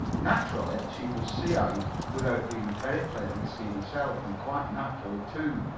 naturally, she could see out without being very plainly seen herself and quite naturally, too,